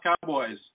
Cowboys